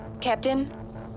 Captain